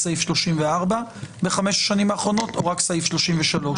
בסעיף 34 בחמש השנים האחרונות או רק בסעיף 33?